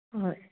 ꯍꯣꯏ